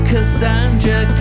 Cassandra